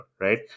right